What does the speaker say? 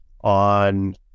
on